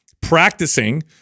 practicing